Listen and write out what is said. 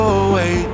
away